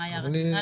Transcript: מקודם אמר.